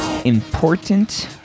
Important